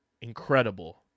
incredible